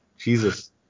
Jesus